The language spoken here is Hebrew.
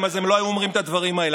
אז הם לא היו אומרים את הדברים האלה,